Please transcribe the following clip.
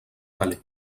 calais